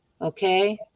okay